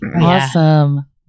Awesome